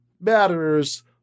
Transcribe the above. matters